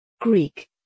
Greek